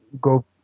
go